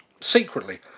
secretly